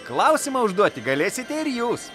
klausimą užduoti galėsite ir jūs